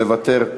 מוותר.